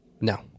No